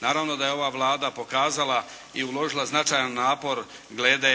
Naravno da je ova Vlada pokazala i uložila značajan napor glede